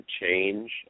change